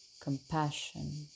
compassion